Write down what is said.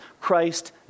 Christ